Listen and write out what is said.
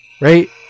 Right